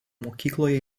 mokykloje